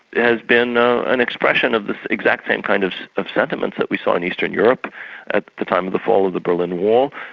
has been ah an expression of this exact thing kind of of sentiments that we saw in eastern europe at the time of the fall of the berlin wall,